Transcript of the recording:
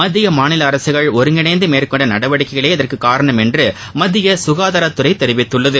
மத்திய மாநில அரசுகள் ஒருங்கிணைந்து மேற்கொண்ட நடவடிக்கைகளே இதற்கு காரணம் என்று மத்திய சுகாதாரத்துறை தெரிவித்துள்ளது